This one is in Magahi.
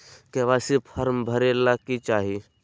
के.वाई.सी फॉर्म भरे ले कि चाही?